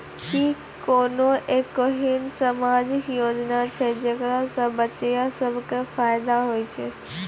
कि कोनो एहनो समाजिक योजना छै जेकरा से बचिया सभ के फायदा होय छै?